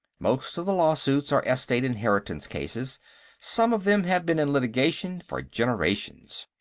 most of the lawsuits are estate-inheritance cases some of them have been in litigation for generations.